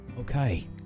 Okay